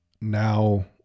now